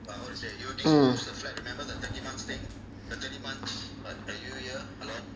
mm